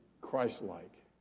Christ-like